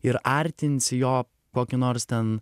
ir artinsi jo kokį nors ten